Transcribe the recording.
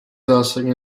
zásadně